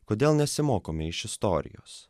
kodėl nesimokome iš istorijos